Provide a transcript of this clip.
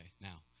Now